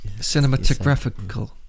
Cinematographical